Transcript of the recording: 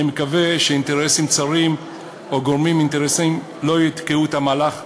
אני מקווה שאינטרסים צרים או גורמים אינטרסנטיים לא יתקעו את המהלך,